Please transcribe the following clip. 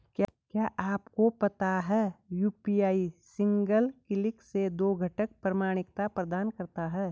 क्या आपको पता है यू.पी.आई सिंगल क्लिक से दो घटक प्रमाणिकता प्रदान करता है?